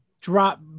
drop